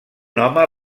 home